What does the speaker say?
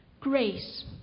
Grace